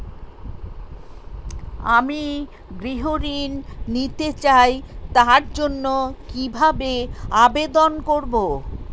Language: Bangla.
আমি গৃহ ঋণ নিতে চাই তার জন্য কিভাবে আবেদন করব?